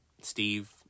steve